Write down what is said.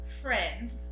Friends